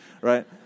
Right